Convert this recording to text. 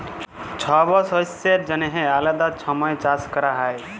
ছব শস্যের জ্যনহে আলেদা ছময় চাষ ক্যরা হ্যয়